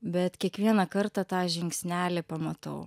bet kiekvieną kartą tą žingsnelį pamatau